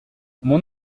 mon